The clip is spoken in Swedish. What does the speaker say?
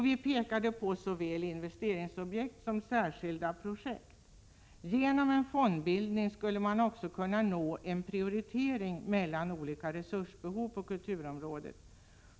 Vi pekade på såväl investeringsobjekt som särskilda projekt. Genom en fondbildning skulle man också kunna nå en prioritering mellan olika resursbehov på kulturområdet.